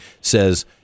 says